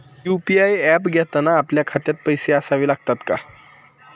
UPI app घेताना आपल्या खात्यात पैसे असावे लागतात का?